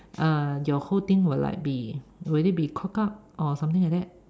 uh your whole thing will like be will it be cock up or something like that